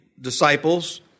disciples